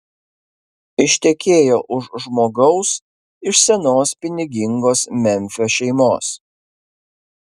ištekėjo už žmogaus iš senos pinigingos memfio šeimos